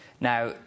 now